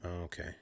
Okay